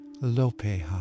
Lopeha